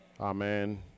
Amen